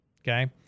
Okay